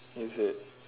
is it